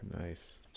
Nice